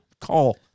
call